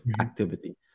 activity